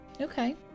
Okay